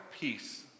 peace